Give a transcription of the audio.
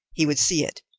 he would see it,